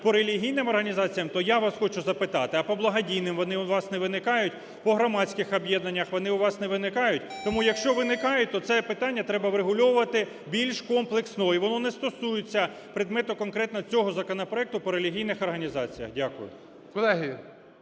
по релігійним організаціям, то я у вас хочу запитати, а по благодійним вони у вас не виникають? По громадських об'єднаннях вони у вас не виникають? Тому, якщо виникає, то це питання треба врегульовувати більш комплексно, і воно не стосується предмету конкретно цього законопроекту по релігійних організаціях. Дякую.